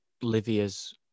Livia's